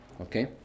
Okay